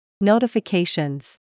Notifications